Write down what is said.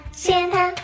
Santa